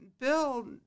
bill